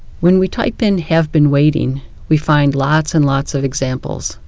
when we type in have been waiting we find lots and lots of examples,